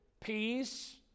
peace